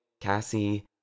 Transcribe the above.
Cassie